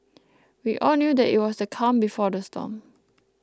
we all knew that it was the calm before the storm